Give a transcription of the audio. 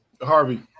Harvey